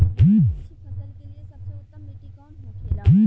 गेहूँ की अच्छी फसल के लिए सबसे उत्तम मिट्टी कौन होखे ला?